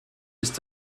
ist